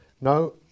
No